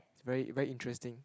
is very very interesting